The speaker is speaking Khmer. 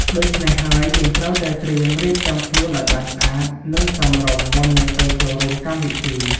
ដូច្នេះហើយយើងត្រូវតែត្រៀមរៀបចំខ្លួនអោយបានស្អាតនិងសមរម្យមុននិងទៅចូលរួមកម្មវិធី។